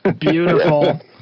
Beautiful